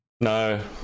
No